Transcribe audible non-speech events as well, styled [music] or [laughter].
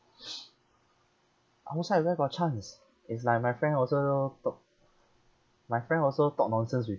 [noise] outside where got chance it's like my friend also talk my friend also talk nonsense with